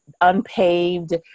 unpaved